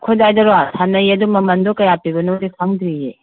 ꯑꯩꯈꯣꯏ ꯑꯗꯥꯏꯗꯔꯣ ꯁꯥꯅꯩꯌꯦ ꯑꯗꯣ ꯃꯃꯟꯗꯣ ꯀꯌꯥ ꯄꯤꯕꯅꯣꯗꯤ ꯈꯪꯗ꯭ꯔꯤꯌꯦ